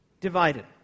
divided